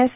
S